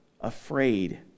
afraid